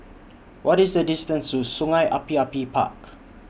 What IS The distance to Sungei Api Api Park